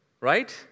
right